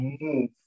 move